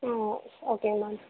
ah okay ma'am